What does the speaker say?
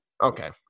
Okay